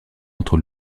entre